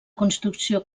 construcció